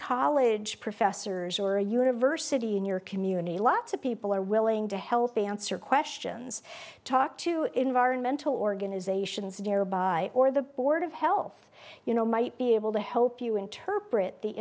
college professors or a university in your community lots of people are willing to help answer questions talk to environmental organisations nearby or the board of health you know might be able to help you interpret the